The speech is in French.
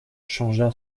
changea